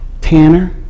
Tanner